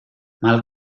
mal